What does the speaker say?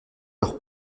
leur